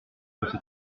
peuvent